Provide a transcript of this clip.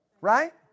Right